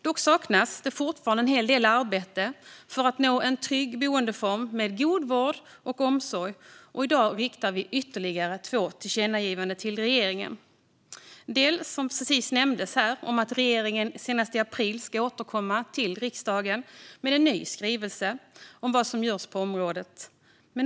Dock saknas fortfarande en hel del arbete för att nå en trygg boendeform med god vård och omsorg, och i dag riktar vi ytterligare två tillkännagivanden till regeringen. Det ena gäller, som precis nämndes här, att regeringen senast i april ska återkomma till riksdagen med en ny skrivelse om vad som görs på området.